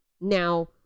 Now